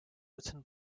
written